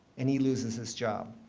and he loses his job.